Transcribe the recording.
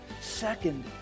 Second